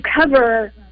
cover